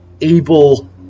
able